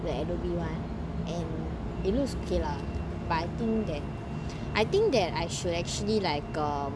the adobe one and it looks okay lah but I think that I think that I should actually like uh